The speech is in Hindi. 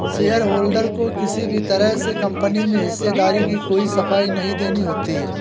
शेयरहोल्डर को किसी भी तरह से कम्पनी में हिस्सेदारी की कोई सफाई नहीं देनी होती है